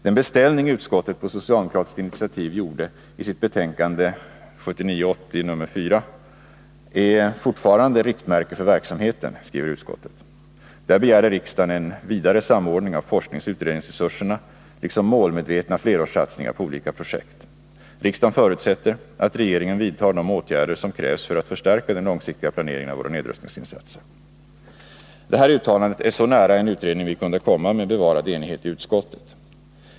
Den beställning utskottet på socialdemokratiskt initiativ gjorde i sitt betänkande 1979/80:4 är fortfarande riktmärke för verksamheten, skriver utskottet. Där begärde riksdagen en vidare samordning av forskningsoch utredningsresurserna liksom målmedvetna flerårssatsningar på olika projekt. Riksdagen förutsätter att regeringen vidtar de åtgärder som krävs för att förstärka den långsiktiga planeringen av våra nedrustningsinsatser. Det här uttalandet är så nära en utredning vi kunde komma med bevarad enighet i utskottet.